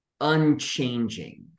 unchanging